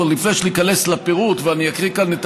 עוד לפני שאיכנס לפירוט ואקריא כאן את